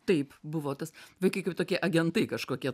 taip buvo tas vaikai kaip tokie agentai kažkokie